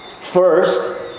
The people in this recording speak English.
First